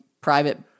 private—